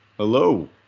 Hello